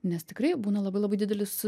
nes tikrai būna labai labai didelis